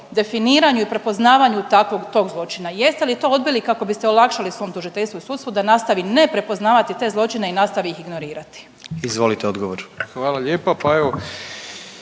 definiranju i prepoznavanju takvog i tog zločina. Jeste li to odbili kako biste olakšali svom tužiteljstvu i sudstvu da nastavi ne prepoznavati te zločine i nastavi ih ignorirati? **Jandroković, Gordan